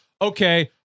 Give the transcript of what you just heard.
okay